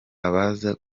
abaza